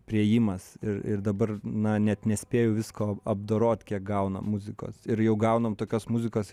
priėjimas ir ir dabar na net nespėju visko apdorot kiek gaunam muzikos ir jau gaunam tokios muzikos